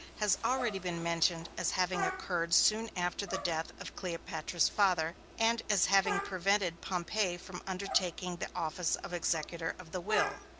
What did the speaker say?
has already been mentioned as having occurred soon after the death of cleopatra's father, and as having prevented pompey from undertaking the office of executor of the will.